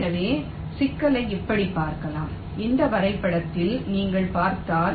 எனவே சிக்கலை இப்படி பார்க்கலாம் இந்த வரைபடத்தில் நீங்கள் பார்த்தால்